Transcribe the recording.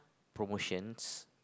promotions